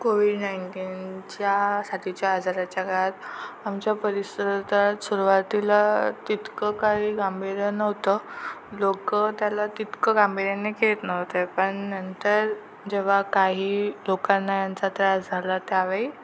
Covid नाईन्टीनच्या साथीच्या आजाराच्या काळात आमच्या परिसरात सुरवातीला तितकं काही गांभीर्य नव्हतं लोकं त्याला तितकं गांभीर्यांनी घेत नव्हते पण नंतर जेव्हा काही लोकांना यांचा त्रास झाला त्यावेळी